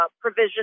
provision